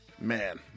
man